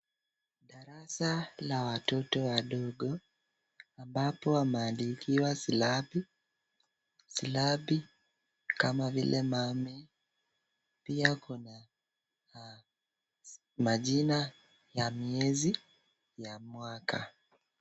Darasa la watoto wadogo ambapo wameandikiwa silabi. Silabi kama vile mami. Pia kuna majina ya miezi ya mwaka.